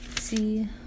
see